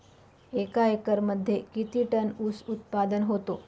एका एकरमध्ये किती टन ऊस उत्पादन होतो?